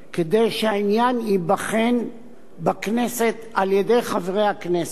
כדי שהעניין ייבחן בכנסת על-ידי חברי הכנסת,